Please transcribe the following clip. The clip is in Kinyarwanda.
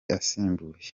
asimbuye